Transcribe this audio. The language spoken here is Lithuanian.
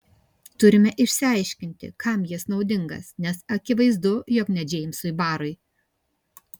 turime išsiaiškinti kam jis naudingas nes akivaizdu jog ne džeimsui barui